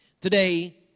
Today